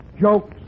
Jokes